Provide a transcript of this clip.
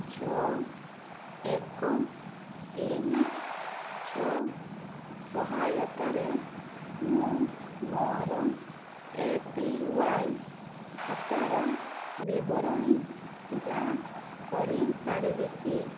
ଛଅ ଏକ ତିନି ଛଅ ସହାୟତାରେ ମୁଁ ମୋର ଏ ପି ୱାଇ ଖାତାର ବିବରଣୀ ଯାଞ୍ଚ୍ କରିପାରିବି କି